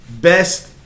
Best